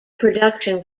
production